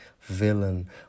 villain